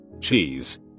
cheese